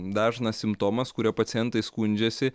dažnas simptomas kuriuo pacientai skundžiasi